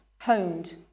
honed